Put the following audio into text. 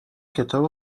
کتاب